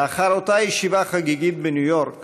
לאחר אותה ישיבה חגיגית בניו יורק